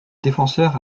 défenseur